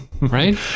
right